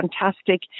fantastic